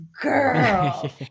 girl